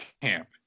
camp